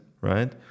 right